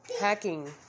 hacking